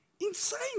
insane